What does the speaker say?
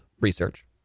research